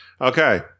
Okay